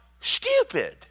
stupid